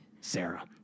Sarah